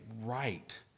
right